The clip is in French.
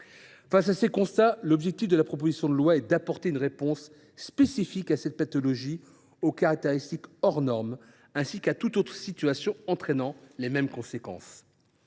Face à ces constats, l’objectif des auteurs de la présente proposition de loi est d’apporter une réponse spécifique à cette pathologie aux caractéristiques hors normes, ainsi qu’à toute autre situation qui aurait les mêmes conséquences.